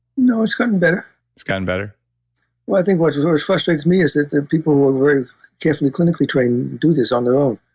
no, it's gotten better it's gotten better well i think what always frustrates me is that people were very carefully, clinically trained do this on their own.